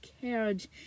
carriage